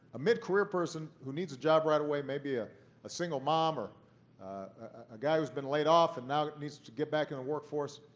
a mid-career person who needs a job right away maybe a a single mom, or a guy who's been laid off and now needs to get back in the workforce